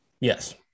yes